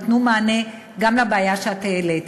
ייתנו מענה גם על הבעיה שאת העלית,